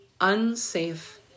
unsafe